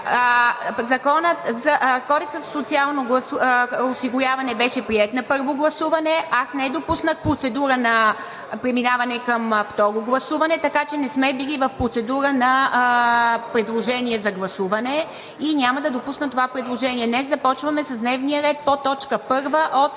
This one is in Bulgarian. „Ууу.“) Кодексът за социалното осигуряване беше приет на първо гласуване. Аз не допуснах процедура на преминаване към второ гласуване, така че не сме били в процедура на предложение за гласуване и няма да допусна това предложение. Днес започваме с дневния ред по точка